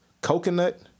coconut